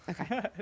Okay